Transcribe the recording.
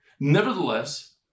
Nevertheless